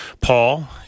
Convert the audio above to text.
Paul